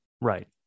Right